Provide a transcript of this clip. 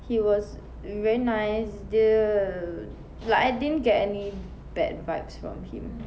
he was very nice dia like I didn't get any bad vibes from him